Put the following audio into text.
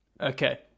okay